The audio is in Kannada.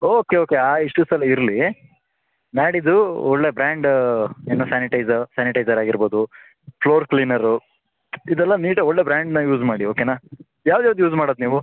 ಓಕೆ ಓಕೆ ಆ ಇಶ್ಯೂಸಲ್ಲ ಇರಲಿ ನಾಡಿದ್ದು ಒಳ್ಳೆಯ ಬ್ರ್ಯಾಂಡ್ ಏನು ಸ್ಯಾನಿಟೈಝ್ ಸ್ಯಾನಿಟೈಝರ್ ಆಗಿರ್ಬೋದು ಫ್ಲೋರ್ ಕ್ಲಿನರು ಇದೆಲ್ಲ ನೀಟಾಗಿ ಒಳ್ಳೆ ಬ್ರ್ಯಾಂಡನ್ನ ಯೂಸ್ ಮಾಡಿ ಓಕೆನ ಯಾವ್ದು ಯಾವ್ದು ಯೂಸ್ ಮಾಡದು ನೀವು